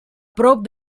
prop